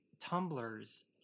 tumblers